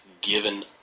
given